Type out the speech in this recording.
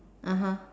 (uh huh)